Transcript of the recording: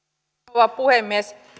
rouva puhemies